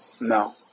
No